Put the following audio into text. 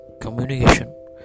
communication